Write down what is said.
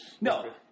No